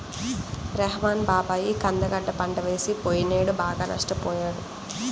రెహ్మాన్ బాబాయి కంద గడ్డ పంట వేసి పొయ్యినేడు బాగా నష్టపొయ్యాడు